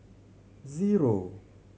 zero